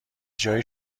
جای